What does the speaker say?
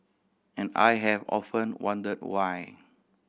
and I have often wonder why